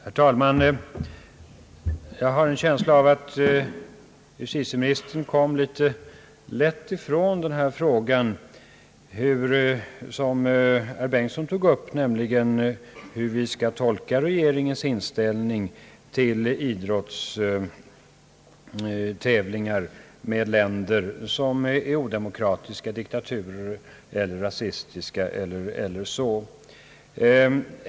Herr talman! Jag har en känsla av att justitieministern kom litet lätt ifrån den fråga som herr Bengtson tog upp, nämligen hur vi skall tolka regeringens inställning till idrottstävlingar med länder som är odemokratiska diktatu rer eller är rasistiska.